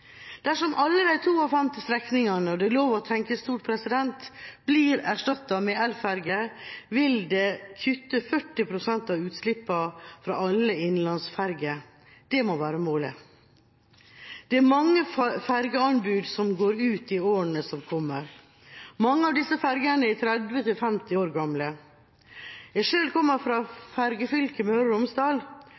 Dersom alle de 52 strekningene – og det er lov til å tenke stort – blir erstattet med elferger, vil det kutte 40 pst. av utslippene fra alle innenlandske ferger. Det må være målet. Det er mange fergeanbud som går ut i årene som kommer. Mange av disse fergene er 30–50 år gamle. Selv kommer jeg fra fergefylket Møre og Romsdal,